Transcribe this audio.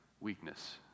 weakness